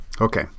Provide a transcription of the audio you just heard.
okay